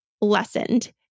lessened